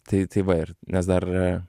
tai tai va nes dar